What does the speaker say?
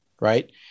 right